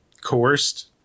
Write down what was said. coerced